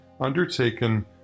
undertaken